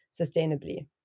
sustainably